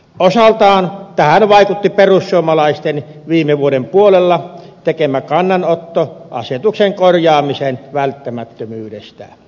osaltaan tähän vaikutti perussuomalaisten viime vuoden puolella tekemä kannanotto asetuksen korjaamisen välttämättömyydestä